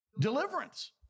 Deliverance